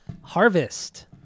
Harvest